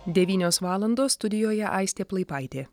devynios valandos studijoje aistė plaipaitė